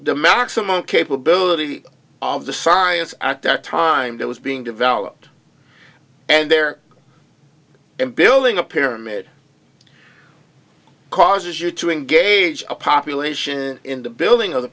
the maximum capability of the science at that time that was being developed and they're building a paramedic causes you to engage a population in the building of the